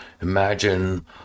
Imagine